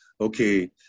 Okay